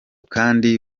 kandi